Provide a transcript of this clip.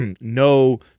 no